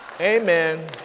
Amen